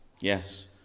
Yes